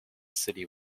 city